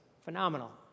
phenomenal